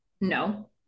no